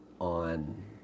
on